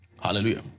Hallelujah